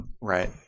Right